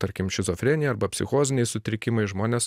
tarkim šizofrenija arba psichoziniai sutrikimai žmonės